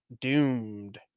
doomed